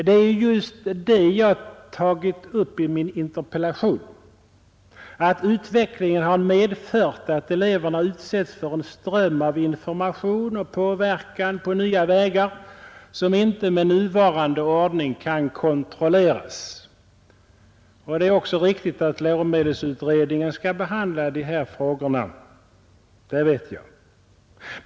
Det är just det jag tagit upp i min interpellation, att utvecklingen har medfört att eleverna utsätts för en ström av information och påverkan på nya vägar som inte med nuvarande ordning kan kontrolleras. Och det är också riktigt att läromedelsutredningen skall behandla dessa frågor. Det vet jag också.